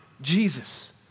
Jesus